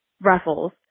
ruffles